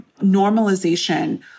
normalization